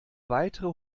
weitere